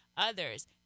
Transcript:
others